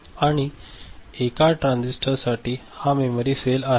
आणि एका ट्रान्झिस्टरसाठी हा मेमरी सेल आहे